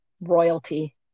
royalty